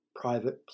private